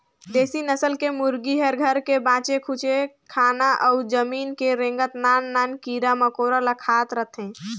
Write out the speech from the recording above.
देसी नसल के मुरगी ह घर के बाचे खुचे खाना अउ जमीन में रेंगत नान नान कीरा मकोरा ल खात रहथे